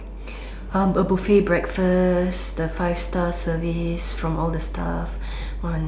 a buffet breakfast the five star service from all the staff one